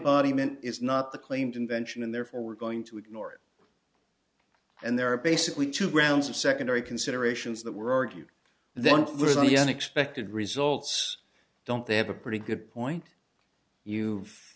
mint is not the claimed invention and therefore we're going to ignore it and there are basically two grounds of secondary considerations that were argue then for the unexpected results don't they have a pretty good point you